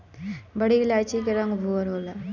बड़ी इलायची के रंग भूअर होला